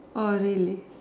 orh really